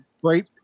great